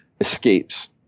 escapes